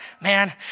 man